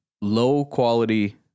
low-quality